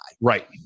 right